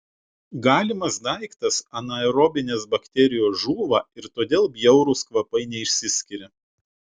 galimas daiktas anaerobinės bakterijos žūva ir todėl bjaurūs kvapai neišsiskiria